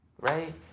Right